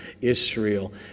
Israel